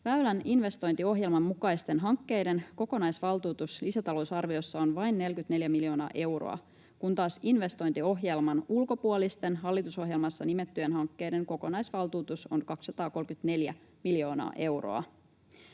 Väylän investointiohjelman mukaisten hankkeiden kokonaisvaltuutus lisätalousarviossa on vain 44 miljoonaa euroa, kun taas investointiohjelman ulkopuolisten, hallitusohjelmassa nimettyjen hankkeiden kokonaisvaltuutus on 234 miljoonaa euroa.